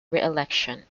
reelection